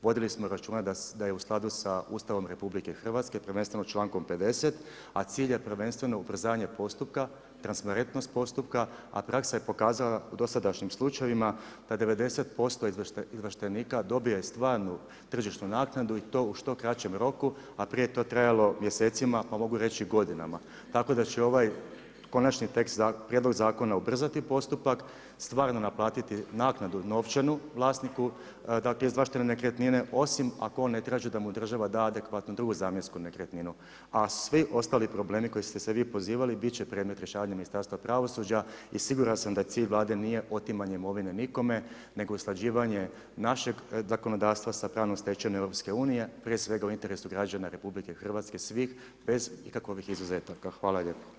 Vodili smo računa da je u skladu sa Ustavom RH, prvenstveno članku 50., a cilj je prvenstveno ubrzanje postupka, transparentnost postupka, a praksa je pokazala u dosadašnjim slučajevima, da 90% izvlaštenika dobije stvarnu tržišnu naknadu i to u što kraćem roku, a prije je to trajalo mjesecima, pa mogu reći godinama, tako da će ovaj konačni tekst prijedlog zakona ubrzati postupak, stvarno naplatiti naknadu novčanu vlasniku dakle izvlaštene nekretnine, osim ako on ne traži da mu država da adekvatnu drugu zamjensku nekretninu, a svi ostali problemi kojih ste se vi pozivali bit će predmet rješavanja Ministarstva pravosuđa i siguran sam da cilj Vlade nije otimanje imovine nikome, nego usklađivanje našeg zakonodavstva sa pravnom stečevinom EU, prije svega u interesu građana RH svi, bez ikakvih izuzetaka.